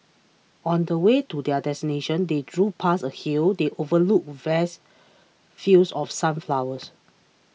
on the way to their destination they drove past a hill the overlooked vast fields of sunflowers